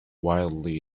wildly